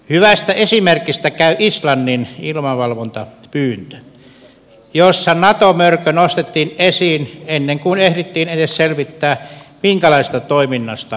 hyvästä esimerkistä käy islannin ilmavalvontapyyntö jossa nato mörkö nostettiin esiin ennen kuin ehdittiin edes selvittää minkälaisesta toiminnasta olisi kysymys